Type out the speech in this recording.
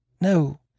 No